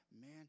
man